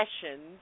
Sessions